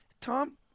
Tom